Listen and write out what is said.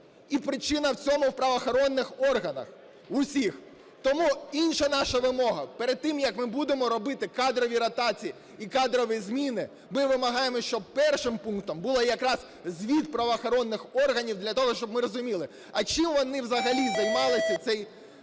і причина цього в правоохоронних органах, в усіх. Тому інша наша вимога: перед тим, як ми будемо робити кадрові ротації і кадрові зміни, ми вимагаємо, щоб першим пунктом був якраз звіт правоохоронних органів для того, щоб ми розуміли, а чим вони взагалі займалися цей час,